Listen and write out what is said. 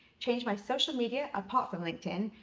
changed my social media, apart from linkedin,